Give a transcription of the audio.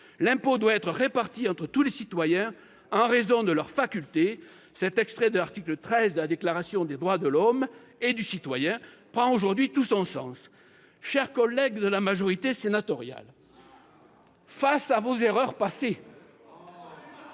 L'impôt doit être réparti entre tous les citoyens « en raison de leurs facultés ». Cet extrait de l'article XIII de la Déclaration des droits de l'homme et du citoyen prend aujourd'hui tout son sens. Chers collègues de la majorité sénatoriale, ... C'est la